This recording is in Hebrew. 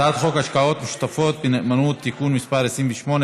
הצעת חוק השקעות משותפות בנאמנות (תיקון מס' 28),